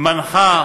מנחה